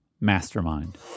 mastermind